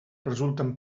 resulten